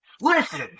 Listen